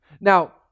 Now